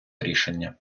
рішення